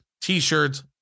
t-shirts